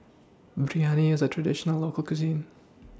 Biryani IS A Traditional Local Cuisine